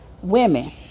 women